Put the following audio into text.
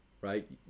right